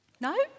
No